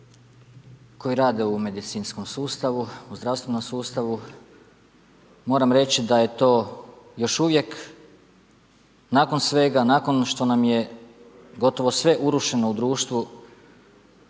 koji rade u medicinskom sustavu, u zdravstvenom sustavu. Moram reći da je to još uvijek nakon svega, nakon što nam je gotovo sve urušeno u društvu